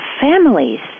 families